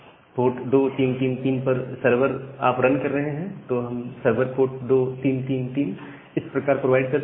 port 2333 पर आप server run कर रहे हैं तो हम सर्वर पोर्ट 2333 इस प्रकार प्रोवाइड कर सकते हैं